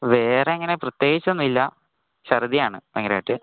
വേറെ അങ്ങനെ പ്രത്യേകിച്ചൊന്നുമില്ല ശർദിയാണ് ഭയങ്കരമായിട്ട്